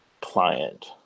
client